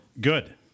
Good